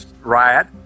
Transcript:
riot